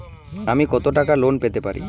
আমি কত টাকা লোন পেতে পারি?